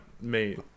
mate